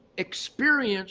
experience